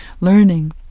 learning